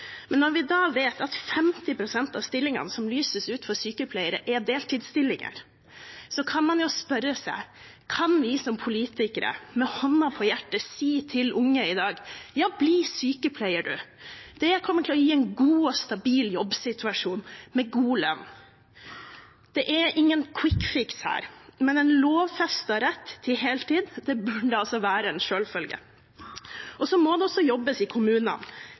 Men når vi vet at 50 pst. av sykepleierstillingene som lyses ut, er deltidsstillinger, kan man spørre seg om vi som politikere med hånden på hjertet kan si til unge i dag: Ja, bli sykepleier, du, det kommer til å gi deg en god og stabil jobbsituasjon med god lønn. Det er ingen kvikkfiks her, men en lovfestet rett til heltid burde være en selvfølge. Så må det jobbes i kommunene,